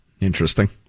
Interesting